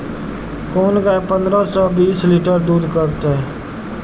कोन गाय पंद्रह से बीस लीटर दूध करते?